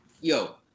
Yo